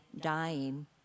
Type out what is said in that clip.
dying